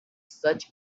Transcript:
such